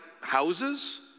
houses